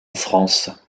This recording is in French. france